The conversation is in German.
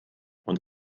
und